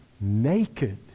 Naked